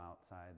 outside